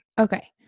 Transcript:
Okay